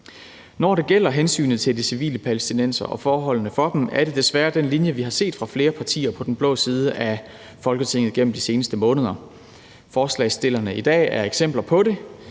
Når det gælder hensynet til de civile palæstinensere og forholdene for dem, er det desværre den linje, vi har set fra flere partier på den blå side af Folketinget gennem de seneste måneder. Forslagsstillerne i dag er eksempler på det,